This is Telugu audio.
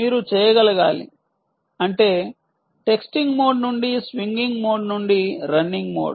మీరు చేయగలగాలి అంటే టెక్స్టింగ్ మోడ్ నుండి స్వింగింగ్ మోడ్ నుండి రన్నింగ్ మోడ్